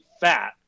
fat